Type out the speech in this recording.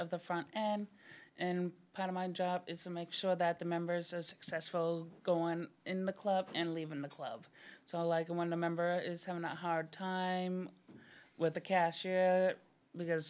of the front and and proud of my job to make sure that the members are successful going on in the club and leaving the club so like i want a member is having a hard time with the cash because